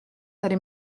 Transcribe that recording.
tady